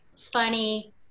funny